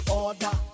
order